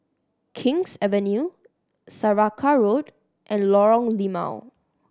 King's Avenue Saraca Road and Lorong Limau